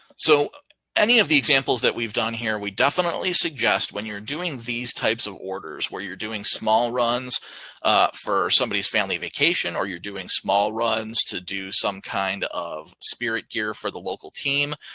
so any of the examples that we've done here, we definitely suggest when you're doing these types of orders, where you're doing small runs for somebody who's family vacation or you're doing small runs to do some kind of spirit gear for the local team,